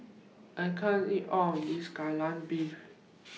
I can't eat All of This Kai Lan Beef